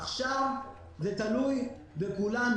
עכשיו זה תלוי בכולנו.